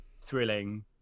thrilling